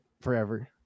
forever